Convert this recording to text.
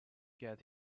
get